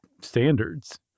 standards